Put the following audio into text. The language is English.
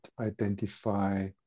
identify